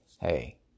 hey